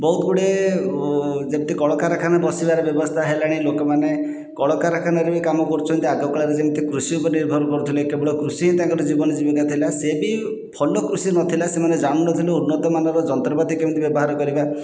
ବହୁତ ଗୁଡ଼ିଏ ଯେତେ କଳକାରଖାନା ବସିବାର ବ୍ୟବସ୍ଥା ହେଲାଣି ଲୋକମାନେ କଳାକାରଖାନାରେ ବି କାମ କରୁଛନ୍ତି ଆଗକାଳରେ ଯେମିତି କୃଷି ଉପରେ ନିର୍ଭର କରୁଥିଲେ କେବଳ କୃଷି ହିଁ ତାଙ୍କର ଜୀବନ ଜୀବିକା ଥିଲା ସେ ବି ଭଲ କୃଷି ନଥିଲା ସେମାନେ ଜାଣୁନଥିଲେ ଉନ୍ନତ ମାନର ଯନ୍ତ୍ରପାତି କେମିତି ବ୍ୟବହାର କରିବା